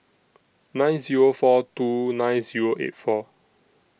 nine Zero four two nine Zero eight four